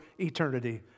eternity